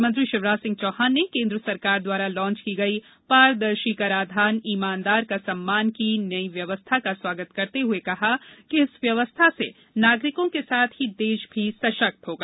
मुख्यमंत्री शिवराज सिंह चौहान ने केन्द्र सरकार द्वारा लांच की गयी पारदर्शी कराधान ईमानदार का सम्मान की नयी व्यवस्था का स्वागत करते हुए कहा कि इस व्यवस्था से नागरिकों के साथ ही देश भी सशक्त होगा